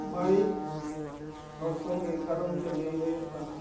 ᱵᱟᱹᱲᱤᱡ ᱚᱲᱥᱚᱝ ᱮᱭ ᱠᱟᱨᱚᱱ ᱛᱮ ᱞᱟᱹᱭ ᱦᱩᱭᱩᱜ ᱠᱟᱱᱟ